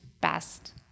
best